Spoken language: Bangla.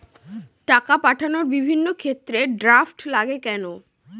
টাকা পাঠানোর বিভিন্ন ক্ষেত্রে ড্রাফট লাগে কেন?